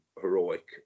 heroic